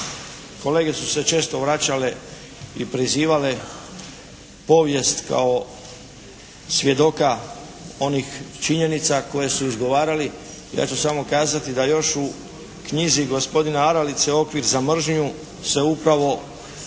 kolege su se često vraćale i prizivale povijest kao svjedoka onih činjenica koje su izgovarali. Ja ću samo kazati da još u knjizi gospodina Aralice "Okvir za mržnju" se upravo